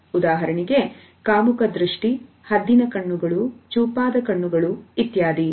ಉದಾಹರಣೆಗೆ ಕಾಮುಕ ದೃಷ್ಟಿ ಹದ್ದಿನ ಕಣ್ಣುಗಳು ಚೂಪಾದ ಕಣ್ಣುಗಳು ಇತ್ಯಾದಿ